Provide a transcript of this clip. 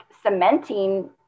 cementing